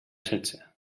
setge